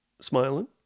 smiling